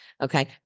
okay